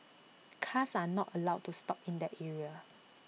cars are not allowed to stop in that area